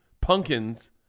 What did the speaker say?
pumpkins